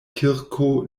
kirko